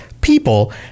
people